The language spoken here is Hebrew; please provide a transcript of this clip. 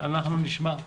אנחנו נשמע.